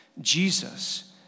Jesus